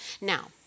Now